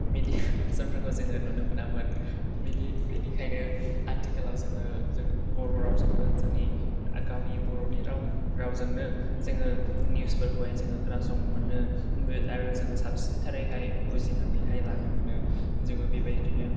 media पारसनफोरखौ जों नुनो मोनामोन बेनिखायनो आथिखालाव जों बर' रावजोंबो जोंनि गावनि बर'नि राव रावजोंनो जों निउसफोरखौहाय जों खोनासंनो मोनो आरो जों साबसिनथारैहाय बुजिनानैहाय लानो मोनो जों बेबायदिनो